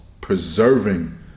preserving